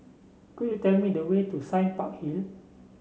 could you tell me the way to Sime Park Hill